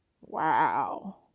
Wow